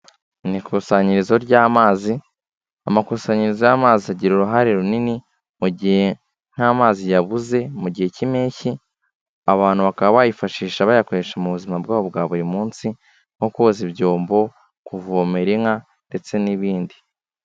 Ni ikusanyirizo ry'amazi, amakusanyirizo y'amazi agira uruhare runini mu gihe nk'amazi yabuze, mu gihe cy'impeshyi, abantu bakaba bayifashisha bayakoresha mu buzima bwabo bwa buri munsi nko koza ibyombo, kuvomera inka ndetse n'ibindi.